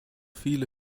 viele